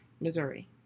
Missouri